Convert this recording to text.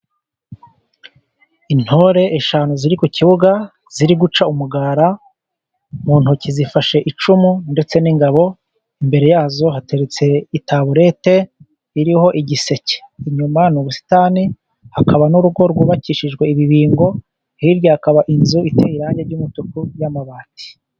Intore eshanu ziri ku kibuga ziri guca umugara, mu ntoki zifashe icumu ndetse n'ingabo, imbere ya zo haterutse taburete iriho igiseke. Inyuma ni ubusitani, hakaba n'urugo rwubakishijwe ibibingo, hirya hakaba inzu iteye irangi ry'umutuku, y'amabati.